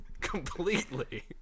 completely